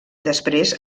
després